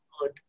good